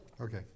Okay